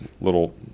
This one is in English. little